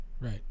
Right